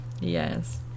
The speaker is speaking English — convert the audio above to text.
Yes